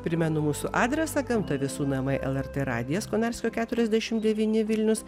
primenu mūsų adresą gamta visų namai lrt radijas konarskio keturiasdešim devyni vilnius